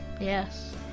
Yes